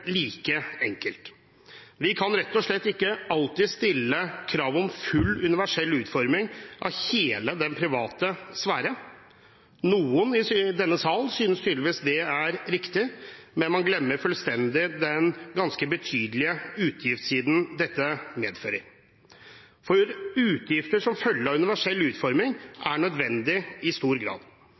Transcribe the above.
like enkelt. Vi kan rett og slett ikke alltid stille krav om full universell utforming av hele den private sfære. Noen i denne salen synes tydeligvis det er riktig, men man glemmer fullstendig den ganske betydelige utgiftssiden dette har, for utgifter som følger av universell utforming, er i stor grad